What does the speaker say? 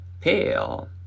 Pale